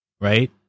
Right